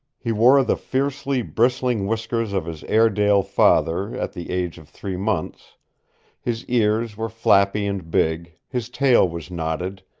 he wore the fiercely bristling whiskers of his airedale father at the age of three months his ears were flappy and big, his tail was knotted,